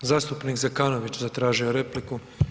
Zastupnik Zekanović zatražio je repliku.